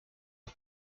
aux